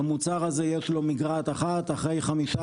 למוצר הזה יש מגרעת אחת אחרי חמישה